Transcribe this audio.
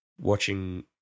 watching